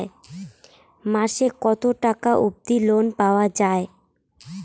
মাসে কত টাকা অবধি লোন পাওয়া য়ায়?